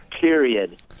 period